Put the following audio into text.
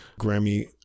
Grammy